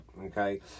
Okay